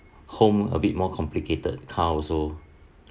home a bit more complicated car also